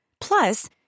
Plus